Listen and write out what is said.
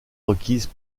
requise